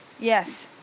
Yes